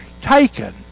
taken